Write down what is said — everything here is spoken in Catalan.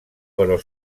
però